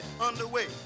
underway